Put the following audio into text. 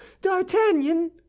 D'Artagnan